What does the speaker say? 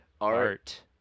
art